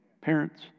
parents